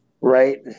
Right